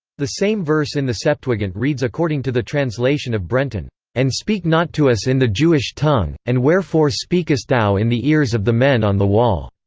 the same verse in the septuagint reads according to the translation of brenton and speak not to us in the jewish tongue and wherefore speakest thou in the ears of the men on the wall.